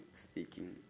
speaking